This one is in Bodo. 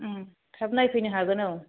थाब नायफैनो हागोन औ